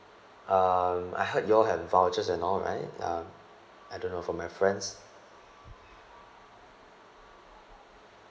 um I heard you all have vouchers and all right um I don't know from my friends